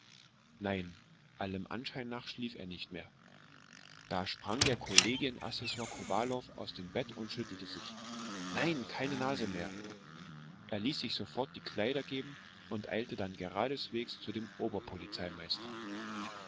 nein allem anschein nach schlief er nicht mehr da sprang der kollegien assessor kowalow aus dem bett und schüttelte sich nein keine nase mehr er ließ sich sofort die kleider geben und eilte dann geradeswegs zu dem